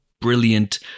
brilliant